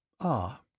Ah